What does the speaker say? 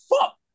fuck